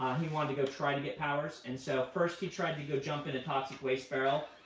he wanted to go try to get powers. and so first he tried to go jump in a toxic waste barrel,